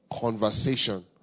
conversation